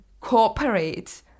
cooperate